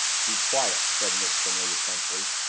keep quiet! said miss cornelia tensely.